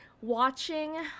watching